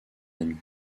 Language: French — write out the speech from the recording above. amies